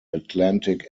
atlantic